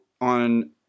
on